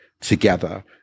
together